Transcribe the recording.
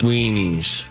Weenies